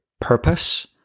purpose